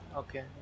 okay